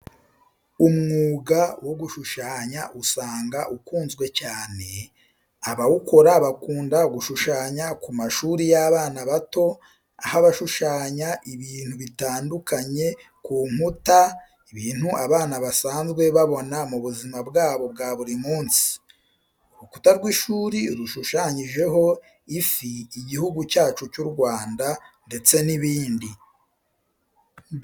Umwuga wo gushushanya usanga ukunzwe cyane, abawukora bakunda gushushanya ku mashuri y'abana bato, aho bashushanya ibintu bitandukanye ku nkuta, ibintu abana basanzwe babona mu buzima bwabo bwa buri munsi. Urukuta rw'ishuri rushushanyijeho ifi, igihugu cyacyu cy'u Rwanda, ndetse n'ibindi.